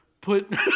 put